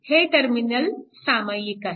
हे टर्मिनल सामायिक आहे